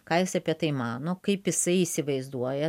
ką jis apie tai mano kaip jisai įsivaizduoja